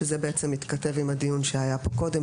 ליקויו השכלי או מכל סיבה אחרת אינו יכול לדאוג לצורכי מחייתו,